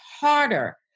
harder